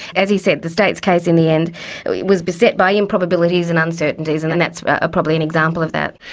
as he said, the state's case in the end was beset by improbabilities and uncertainties, and and that's ah probably an example of that.